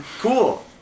cool